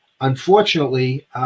Unfortunately